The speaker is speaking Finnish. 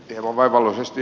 tervo vaivalloisesti